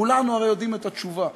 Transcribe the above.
כולנו הרי יודעים את התשובה,